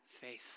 faith